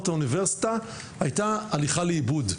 האוניברסיטה הייתה הליכה לאיבוד,